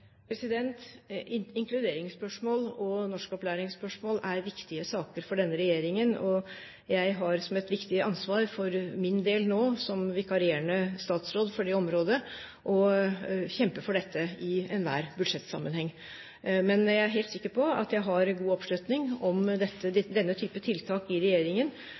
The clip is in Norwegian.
og norskopplæringsspørsmål er viktige saker for denne regjeringen. Jeg har for min del, som vikarierende statsråd for det området, nå et viktig ansvar for å kjempe for dette i enhver budsjettsammenheng. Men jeg er helt sikker på at jeg har god oppslutning om denne type tiltak i